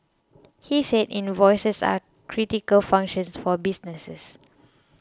he said invoices are critical functions for businesses